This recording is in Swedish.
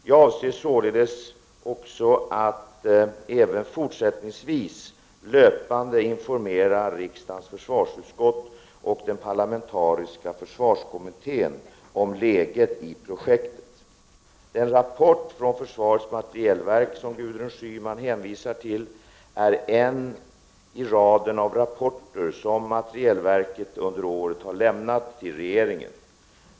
Jag avser således också att även fortsättningsvis löpande informera riksdagens Den rapport från försvarets materielverk som Gudrun Schyman hänvisar till är en i raden av rapporter som materielverket under året har lämnat till regeringen.